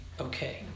okay